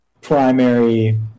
primary